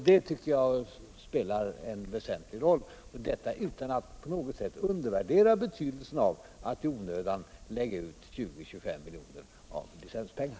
Det tycker jag spelar en väsentlig roll - utan att på något sätt undervärdera betydelsen av att i onödan lägga ut 20-25 milj.kr. av licenspengar.